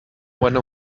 when